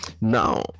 Now